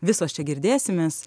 visos čia girdėsimės